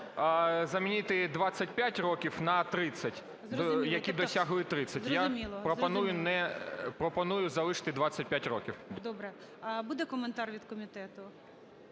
замінити 25 років на 30, які досягли 30. Я пропоную залишити 25 років. ГОЛОВУЮЧИЙ. Добре. Буде коментар від комітету?